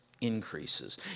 increases